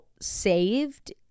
saved